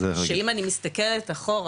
שאם אני מסתכלת אחורה,